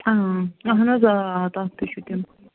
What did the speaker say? اَہن حظ آ آ تتھ تہِ چھُ تِم